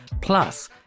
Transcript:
Plus